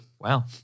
Wow